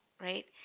right